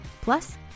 Plus